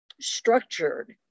structured